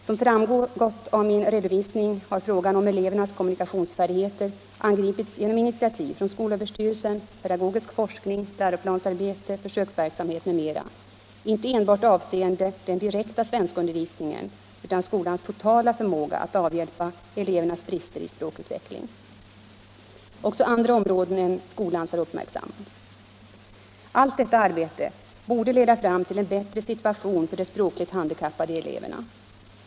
Som framgått av min redovisning har frågan om elevernas kommunikationsfärdigheter angripits genom initiativ från skolöverstyrelsen, pedagogisk forskning, läroplansarbete, försöksverksamhet m.m. inte enbart avseende den direkta svenskundervisningen utan skolans totala förmåga att avhjälpa elevernas brister i språkutveckling. Också andra områden än skolans har uppmärksammats. Allt detta arbete borde leda fram till en bättre situation för de språkligt handikappade eleverna.